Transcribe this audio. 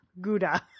Gouda